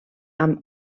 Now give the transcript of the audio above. amb